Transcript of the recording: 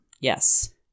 Yes